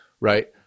Right